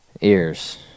Ears